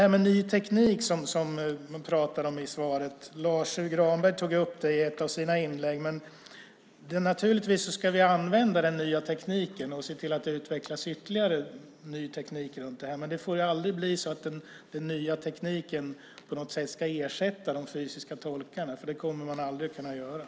I svaret togs också frågan om ny teknik upp. Lars U Granberg tog upp frågan i ett av sina inlägg. Naturligtvis ska vi använda den nya tekniken och se till att ytterligare ny teknik utvecklas. Men det får aldrig bli så att den nya tekniken ska ersätta de fysiska tolkarna. Det kommer man aldrig att kunna göra.